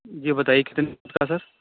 جی بتائیے کتنے فٹ کا ہے سر